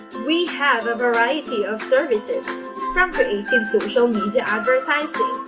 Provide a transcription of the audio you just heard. we have a variety of services from creative social media advertising,